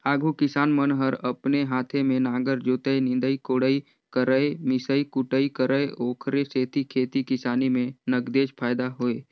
आघु किसान मन हर अपने हाते में नांगर जोतय, निंदई कोड़ई करयए मिसई कुटई करय ओखरे सेती खेती किसानी में नगदेच फायदा होय